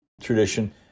tradition